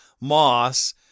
Moss